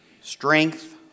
strength